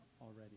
already